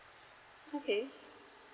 okay